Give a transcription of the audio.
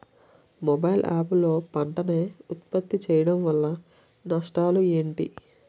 Mobile app లో పంట నే ఉప్పత్తి చేయడం వల్ల నష్టాలు ఏంటి?